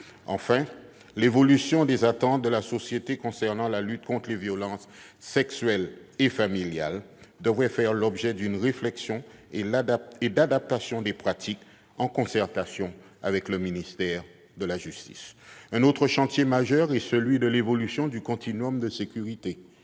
L'évolution des attentes de la société concernant la lutte contre les violences sexuelles et familiales devrait faire l'objet d'une réflexion et d'adaptation des pratiques, en concertation avec le ministère de la justice. Un autre chantier majeur est celui de l'évolution du de sécurité